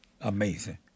Amazing